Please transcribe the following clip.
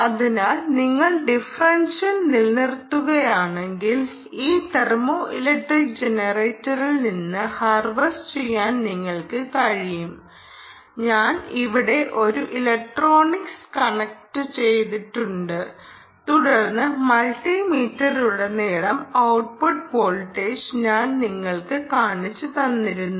അതിനാൽ നിങ്ങൾ ഡിഫറൻഷ്യൽ നിലനിർത്തുകയാണെങ്കിൽ ഈ തെർമോ ഇലക്ട്രിക് ജനറേറ്ററിൽ നിന്ന് ഹാർവെസ്റ്റ് ചെയ്യാൻ നിങ്ങൾക്ക് കഴിയണം ഞാൻ ഇവിടെ ഒരു ഇലക്ട്രോണിക്സ് കണക്റ്റുചെയ്തിട്ടുണ്ട് തുടർന്ന് മൾട്ടി മീറ്ററിലുടനീളം ഔട്ട്പുട്ട് വോൾട്ടേജ് ഞാൻ നിങ്ങൾക്ക് കാണിച്ചുതന്നിരുന്നു